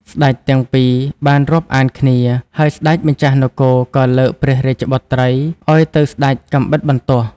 ស្ដេចទាំងពីរបានរាប់អានគ្នា ហើយស្ដេចម្ចាស់នគរក៏លើកព្រះរាជបុត្រីឱ្យទៅស្ដេចកាំបិតបន្ទោះ។